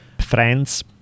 Friends